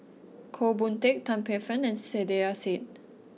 Goh Boon Teck Tan Paey Fern and Saiedah Said